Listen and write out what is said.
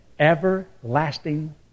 Everlasting